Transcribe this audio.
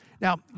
Now